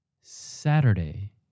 Saturday